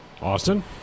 Austin